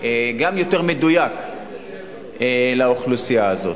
וגם יותר מדויק לאוכלוסייה הזאת.